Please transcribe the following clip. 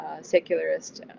secularist